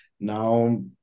now